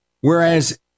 whereas